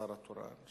השר התורן,